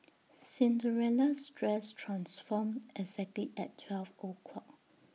Cinderella's dress transformed exactly at twelve o'clock